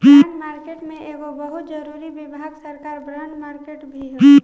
bond market के एगो बहुत जरूरी विभाग सरकार बॉन्ड मार्केट भी ह